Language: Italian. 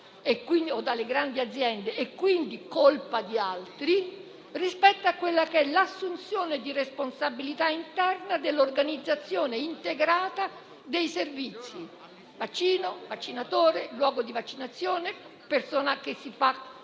o dalle grandi aziende, in modo che la colpa sia di altri, rispetto all'assunzione di responsabilità interna dell'organizzazione integrata dei servizi vaccino, vaccinatore, luogo di vaccinazione e persona che si fa